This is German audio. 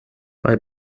bei